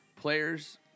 players